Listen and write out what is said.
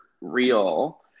real